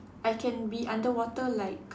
I can be under water like